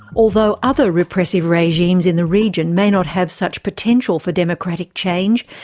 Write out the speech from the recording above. although other repressive regimes in the region may not have such potential for democratic change,